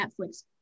Netflix